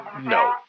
No